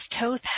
Toth